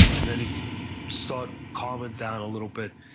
and then he'd start calming down a little bit.